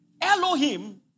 Elohim